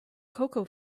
cocoa